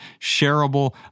shareable